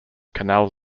canal